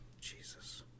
Jesus